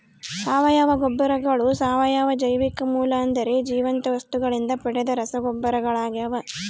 ಸಾವಯವ ಗೊಬ್ಬರಗಳು ಸಾವಯವ ಜೈವಿಕ ಮೂಲ ಅಂದರೆ ಜೀವಂತ ವಸ್ತುಗಳಿಂದ ಪಡೆದ ರಸಗೊಬ್ಬರಗಳಾಗ್ಯವ